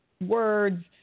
words